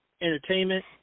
entertainment